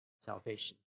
salvation